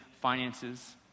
finances